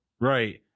right